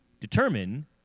determine